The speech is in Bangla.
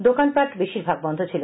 দোকানপাট বেশির ভাগ বন্ধ ছিল